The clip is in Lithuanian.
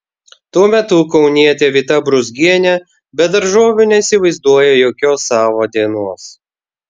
tuo metu kaunietė vita brūzgienė be daržovių neįsivaizduoja jokios savo dienos